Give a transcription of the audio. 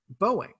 Boeing